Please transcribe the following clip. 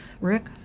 Rick